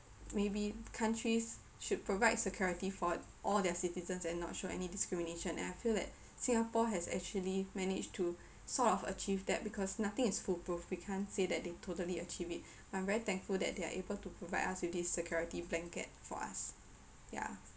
maybe countries should provide security for all their citizens and not show any discrimination and I feel that Singapore has actually managed to sort of achieve that because nothing is foolproof we can't say that they totally achieve it I'm very thankful that they are able to provide us with this security blanket for us yeah